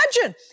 Imagine